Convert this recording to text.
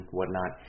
whatnot